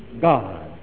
God